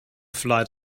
flight